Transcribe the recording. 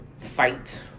fight